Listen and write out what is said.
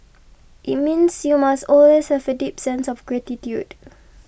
it means you must always have a deep sense of gratitude